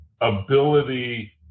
ability